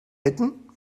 bitten